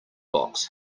box